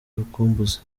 urukumbuzi